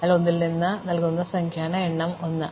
അതിനാൽ ഞങ്ങൾ 1 നൽകുമ്പോൾ സംഖ്യയാണ് എണ്ണം is 1